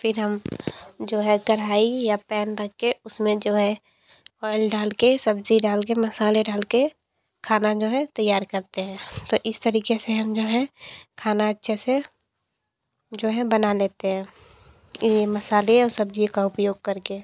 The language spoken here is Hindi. फिर हम जो है कड़ाही या पैन रख कर उसमें जो है ऑयल डाल कर सब्ज़ी डाल कर मसाले डाल कर खाना जो है तैयार करते हैं तो इस तरीके से हम जो है खाना अच्छे से जो है बना लेते हैं यह मसाले और सब्ज़ी का उपयोग करके